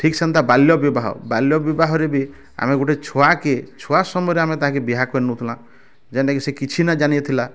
ଠିକ୍ ସେନ୍ତା ବାଲ୍ୟ ବିବାହ ବାଲ୍ୟ ବିବାହରେ ବି ଆମେ ଟେ ଛୁଆକେ ଛୁଆ ସମୟରେ ଆମେ ତାହାକେ ବିହା କରି ନେଉଥିନା ଯେନ୍ତା କି ସେ କିଛି ନାଇ ଜାନିଥିଲା